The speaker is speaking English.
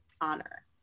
honor